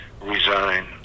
resign